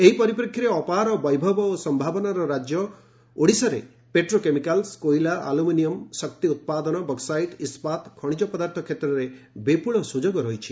ଏହି ପରିପ୍ରେକ୍ଷୀରେ ଅପାର ବୈଭବ ଓ ସମ୍ଭାବନାର ରାଜ୍ୟ ଓଡ଼ିଶାରେ ପେଟ୍ରୋକେମିକାଲ କୋଇଲା ଆଲୁମିନିୟମ ଶକ୍ତି ଉତ୍ପାଦନ ବକ୍ସସାଇଟ୍ ଇସ୍କାତ୍ ଖଣିଜ ପଦାର୍ଥ କ୍ଷେତ୍ରରେ ବିପୁଳ ସୁଯୋଗ ରହିଛି